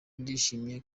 ndishimye